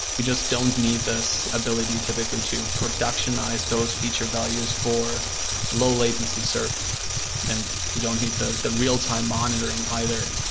you just don't need this ability typically to productionize those feature values for low latency serving and you don't need the the real-time monitoring either.